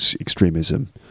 extremism